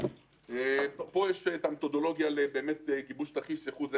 פה מתודולוגיה לגיבוש תרחיש ייחוס.